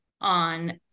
on